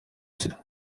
sita